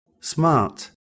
smart